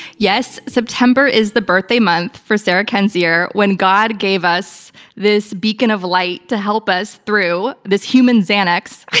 yes, september is the birthday month for sarah kendzior when god gave us this beacon of light to help us through, this human xanax,